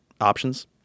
options